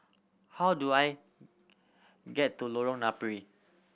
how do I get to Lorong Napiri